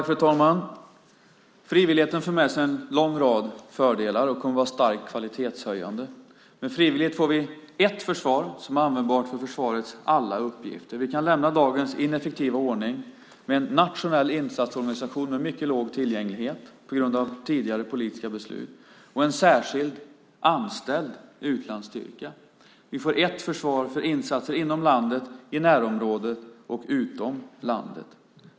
Fru talman! Frivilligheten för med sig en lång rad fördelar och kommer att vara starkt kvalitetshöjande. Med frivillighet får vi ett försvar som är användbart för försvarets alla uppgifter. Vi kan lämna dagens ineffektiva ordning med nationell insatsorganisation med mycket låg tillgänglighet på grund av tidigare politiska beslut och en särskild anställd utlandsstyrka. Vi får ett försvar för insatser inom landet, i närområdet och utom landet.